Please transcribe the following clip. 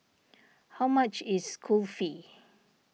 how much is Kulfi